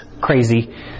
crazy